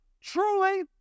Truly